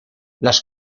las